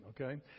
okay